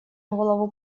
голову